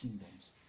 kingdoms